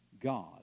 God